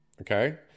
okay